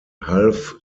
half